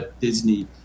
Disney